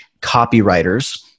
copywriters